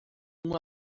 uma